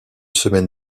semaine